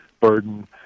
burden